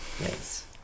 Yes